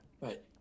Right